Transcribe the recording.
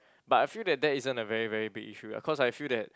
but I feel that that isn't a very very big issue ah cause I feel that